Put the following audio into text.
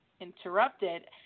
interrupted